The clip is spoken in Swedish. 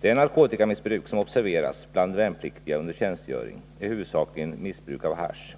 Det narkotikamissbruk som observeras bland värnpliktiga under tjänstgöring är huvudsakligen missbruk av hasch.